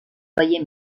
veié